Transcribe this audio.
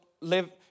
live